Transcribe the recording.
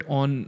on